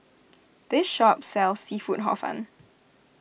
this shop sells Seafood Hor Fun